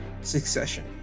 succession